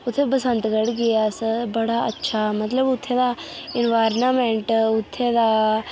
उ'त्थें बसंतगढ़ गे अस बड़ा अच्छा मतलब उ'त्थें दा एनवायरनमेंट उ'त्थें दा